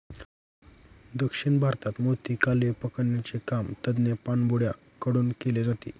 दक्षिण भारतात मोती, कालवे पकडण्याचे काम तज्ञ पाणबुड्या कडून केले जाते